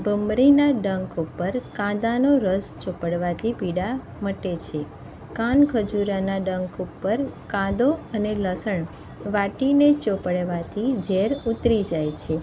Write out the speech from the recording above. ભમરીના ડંખ ઉપર કાંદાનો રસ ચોપડવાથી પીડા મટે છે કાનખજુરાના ડંખ ઉપર કાંદો અને લસણ વાટીને ચોપડવાથી ઝેર ઉતરી જાય છે